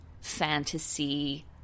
fantasy